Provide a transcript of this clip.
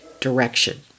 direction